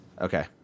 okay